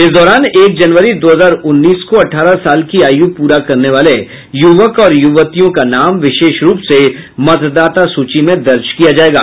इस दौरान एक जनवरी दो हजार उन्नीस को अठारह साल की आयु पूरा करने वाले युवक और युवतियों का नाम विशेष रूप से मतदाता सूची में दर्ज किया जायेगा